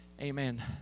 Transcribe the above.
amen